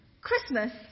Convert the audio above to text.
Christmas